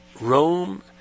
Rome